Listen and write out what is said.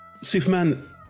Superman